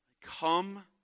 come